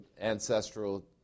ancestral